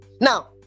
Now